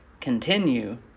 continue